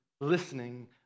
listening